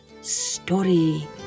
Story